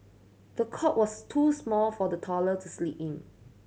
the cot was too small for the toddlered the sleep in